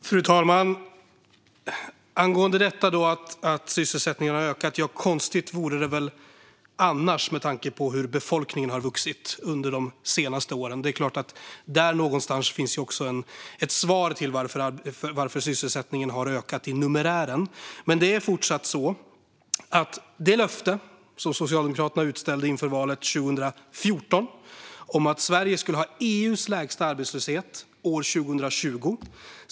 Fru talman! Angående att sysselsättningen har ökat: Konstigt vore det väl annars, med tanke på hur befolkningen har vuxit under de senaste åren. Det är klart att det där någonstans finns ett svar på varför sysselsättningen har ökat till numerären. Men det är fortsatt så att Socialdemokraterna ställde ut ett löfte inför valet 2014 om att Sverige skulle ha EU:s lägsta arbetslöshet år 2020.